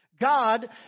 God